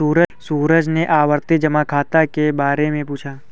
सूरज ने आवर्ती जमा खाता के बारे में पूछा